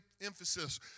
emphasis